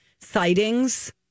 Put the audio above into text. sightings